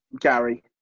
Gary